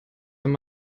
wenn